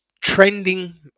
trending